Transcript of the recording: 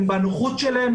הם בנוחות שלהם,